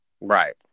right